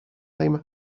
name